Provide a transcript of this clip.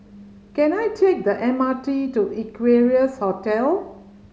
can I take the M R T to Equarius Hotel